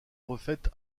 refaite